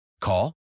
Call